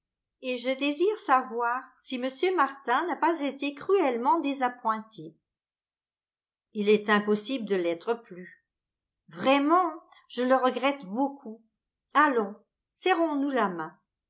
et je désire savoir si m martin n'a pas été cruellement désappointé il est impossible de l'être plus vraiment je le regrette beaucoup allons serrons nous la main